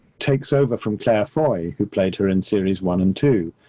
takes over from claire foy, who played her in series one and two.